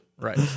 Right